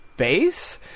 Base